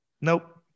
Nope